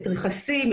את רכסים,